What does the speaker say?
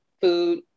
food